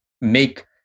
make